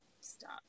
stop